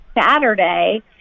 Saturday